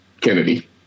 Kennedy